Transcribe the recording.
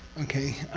okay?